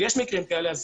ויש מקרים כאלה,